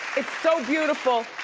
it's so beautiful.